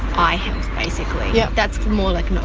eye health basically. yeah that's more like